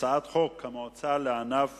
הצעת חוק המועצה לענף